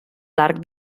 l’arc